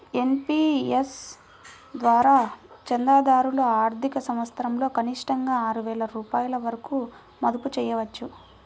NPS ద్వారా చందాదారులు ఆర్థిక సంవత్సరంలో కనిష్టంగా ఆరు వేల రూపాయల వరకు మదుపు చేయవచ్చు